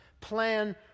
plan